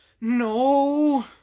No